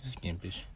skimpish